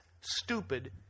stupid